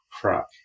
Crap